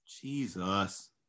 Jesus